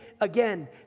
again